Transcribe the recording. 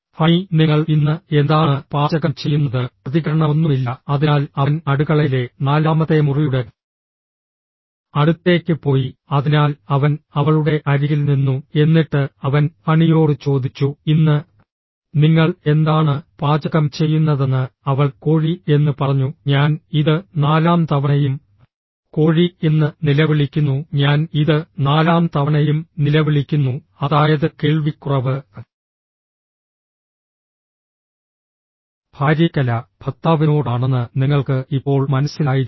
honey നിങ്ങൾ ഇന്ന് എന്താണ് പാചകം ചെയ്യുന്നത് പ്രതികരണമൊന്നുമില്ല അതിനാൽ അവൻ അടുക്കളയിലെ നാലാമത്തെ മുറിയുടെ അടുത്തേക്ക് പോയി അതിനാൽ അവൻ അവളുടെ അരികിൽ നിന്നു എന്നിട്ട് അവൻ ഹണിയോട് ചോദിച്ചു ഇന്ന് നിങ്ങൾ എന്താണ് പാചകം ചെയ്യുന്നതെന്ന് അവൾ കോഴി എന്ന് പറഞ്ഞു ഞാൻ ഇത് നാലാം തവണയും കോഴി എന്ന് നിലവിളിക്കുന്നു ഞാൻ ഇത് നാലാം തവണയും നിലവിളിക്കുന്നു അതായത് കേൾവിക്കുറവ് ഭാര്യയ്ക്കല്ല ഭർത്താവിനോടാണെന്ന് നിങ്ങൾക്ക് ഇപ്പോൾ മനസ്സിലായിരിക്കാം